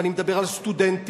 ואני מדבר על סטודנטים,